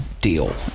deal